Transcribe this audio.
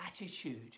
attitude